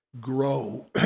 grow